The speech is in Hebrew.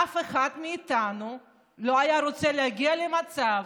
אף אחד מאיתנו לא היה רוצה להגיע למצב